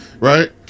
right